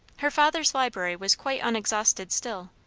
her father's library was quite unexhausted still,